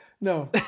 No